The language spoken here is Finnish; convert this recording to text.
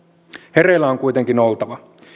hereillä on kuitenkin oltava